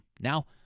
Now